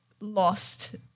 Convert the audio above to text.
lost